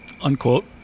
unquote